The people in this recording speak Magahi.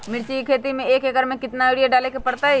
मिर्च के खेती में एक एकर में कितना यूरिया डाले के परतई?